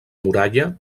muralla